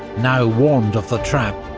now warned of the trap,